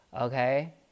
Okay